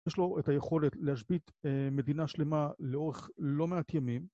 יש לו את היכולת להשבית מדינה שלמה לאורך לא מעט ימים